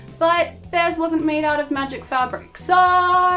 but their's wasn't made out of magic fabric, so